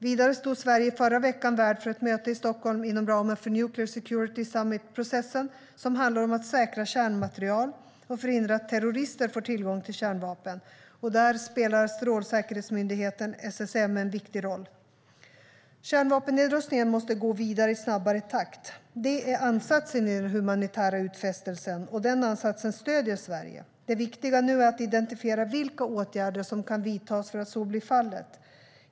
Vidare stod Sverige i förra veckan värd för ett möte i Stockholm, inom ramen för Nuclear Security Summit-processen, som handlar om att säkra kärnmaterial och förhindra att terrorister får tillgång till kärnvapen. Där spelar Strålsäkerhetsmyndigheten, SSM, en viktig roll. Kärnvapennedrustningen måste gå vidare i snabbare takt. Det är ansatsen i den humanitära utfästelsen, och den ansatsen stöder Sverige. Det viktiga är nu att identifiera vilka åtgärder som kan vidtas för att så blir fallet.